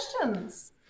questions